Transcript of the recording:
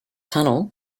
tunnel